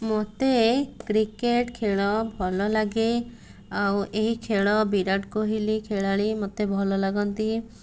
ମୋତେ କ୍ରିକେଟ୍ ଖେଳ ଭଲ ଲାଗେ ଆଉ ଏଇ ଖେଳ ବିରାଟ କୋହଲି ଖେଳାଳି ମୋତେ ଭଲ ଲାଗନ୍ତି